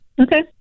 Okay